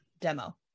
demo